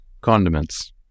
Condiments